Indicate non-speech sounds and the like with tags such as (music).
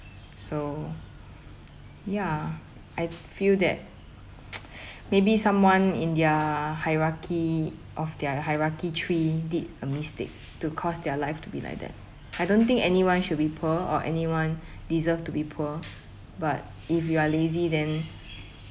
so yeah I feel that (noise) maybe someone in their hierarchy of their hierarchy tree did a mistake to cause their life to be like that I don't think anyone should be poor or anyone deserve to be poor but if you are lazy then